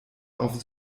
auf